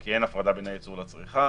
כי אין הפרדה בין הייצור לצריכה.